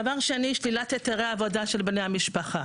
דבר שני, שלילת היתרי העבודה של בני המשפחה.